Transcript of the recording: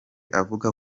avuga